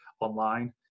online